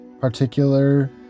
particular